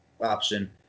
option